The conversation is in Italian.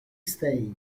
state